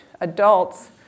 adults